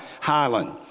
Highland